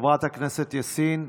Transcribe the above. חברת הכנסת יאסין.